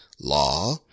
law